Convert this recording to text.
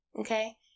okay